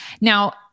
Now